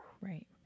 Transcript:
Right